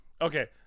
okay